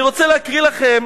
אני רוצה להקריא לכם